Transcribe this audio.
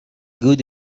good